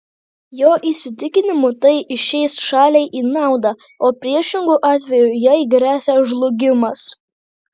jo įsitikinimu tai išeis šaliai į naudą o priešingu atveju jai gresia žlugimas